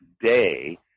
day